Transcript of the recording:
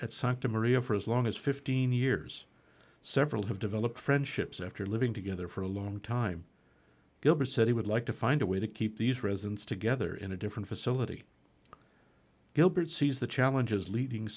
santa maria for as long as fifteen years several have developed friendships after living together for a long time gilbert said he would like to find a way to keep these residents together in a different facility gilbert sees the challenges leading